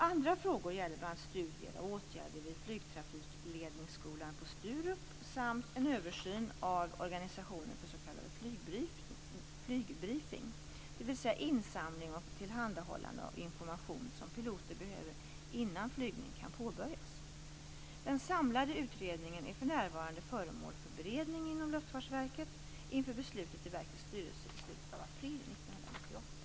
Andra frågor gäller bl.a. studier av åtgärder vid flygtrafikledningsskolan på Sturup samt en översyn av organisationen för s.k. flygbriefing, dvs. insamling och tillhandahållande av information som piloter behöver innan flygning kan påbörjas. Den samlade utredningen är för närvarande föremål för beredning inom LFV inför beslut i verkets styrelse i slutet av april 1998.